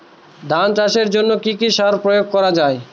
ধান চাষের জন্য কি কি সার প্রয়োগ করা য়ায়?